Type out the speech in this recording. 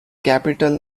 capital